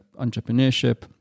entrepreneurship